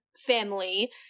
family